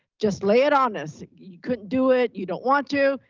just lay it on us. you couldn't do it, you don't want to.